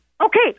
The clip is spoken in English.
Okay